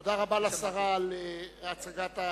תודה רבה לשרה על ההצגה.